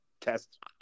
test